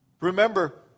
Remember